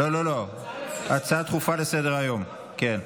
לא לא לא, הצעה דחופה לסדר-היום, כן.